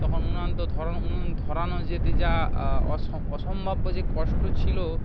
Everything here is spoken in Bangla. তখন উনুন তো ধরানো উনুন ধরানো যা অসম্ভাব্য যে কষ্ট ছিল